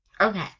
Okay